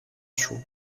σου